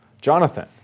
Jonathan